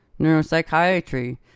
Neuropsychiatry